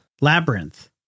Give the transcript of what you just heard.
Labyrinth